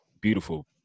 beautiful